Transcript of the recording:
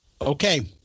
okay